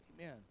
Amen